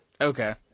Okay